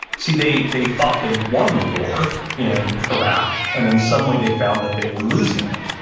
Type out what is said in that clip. see, they, they thought they won the war in iraq and then suddenly they found that they were losing it.